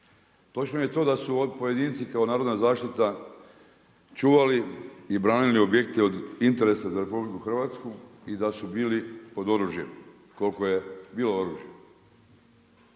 Točno je to da su pojedinci i kao narodna zaštita čuvali i branili objekte od interesa za RH i da su bili pod oružjem, koliko je bilo oružja.